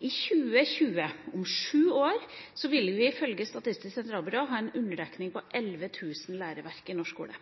I 2020 – om sju år – vil vi ifølge Statistisk sentralbyrå ha en underdekning på 11 000 læreverk i norsk skole.